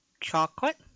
Chocolate